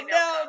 no